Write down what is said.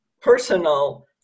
personal